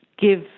give